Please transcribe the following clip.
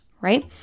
right